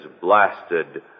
blasted